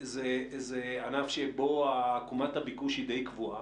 שבביצים זה ענף שבו עקומת הביקוש די קבועה,